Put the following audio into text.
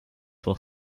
were